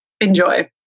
Enjoy